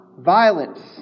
violence